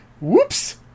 whoops